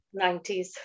90s